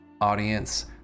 Audience